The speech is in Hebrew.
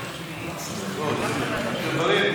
סליחה, חבר הכנסת יוסף ג'בארין.